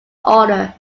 order